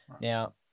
Now